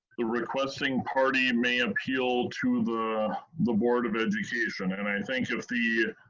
the requesting party may appeal to the the board of education. and i think if the